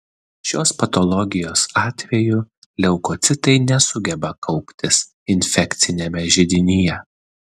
šios patologijos atveju leukocitai nesugeba kauptis infekciniame židinyje